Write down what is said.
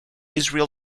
israel